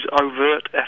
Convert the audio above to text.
overt